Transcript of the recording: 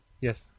yes